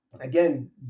again